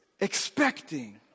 expecting